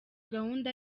gahunda